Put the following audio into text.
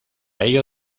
ello